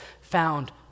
found